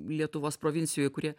lietuvos provincijoj kurie